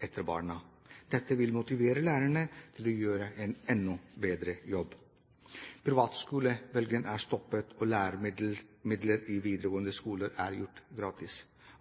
etter barna. Dette vil motivere lærerne til å gjøre en enda bedre jobb. Privatskolebølgen er stoppet, og læremidler i videregående skole er blitt gratis.